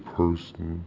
person